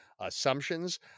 assumptions